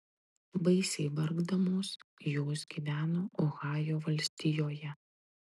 baisiai vargdamos jos gyveno ohajo valstijoje